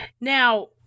Now